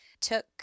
took